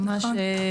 ממש,